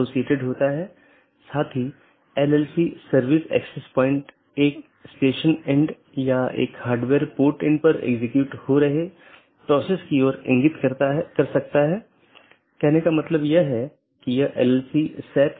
तो ये वे रास्ते हैं जिन्हें परिभाषित किया जा सकता है और विभिन्न नेटवर्क के लिए अगला राउटर क्या है और पथों को परिभाषित किया जा सकता है